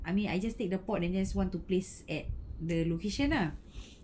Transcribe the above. I mean I just take the pot and just want to place at the location ah